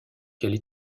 qu’elle